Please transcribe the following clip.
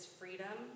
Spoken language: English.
freedom